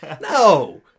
No